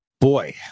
Boy